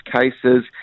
cases